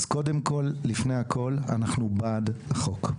אז קודם כל, לפני הכול, אנחנו בעד החוק.